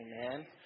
Amen